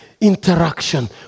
interaction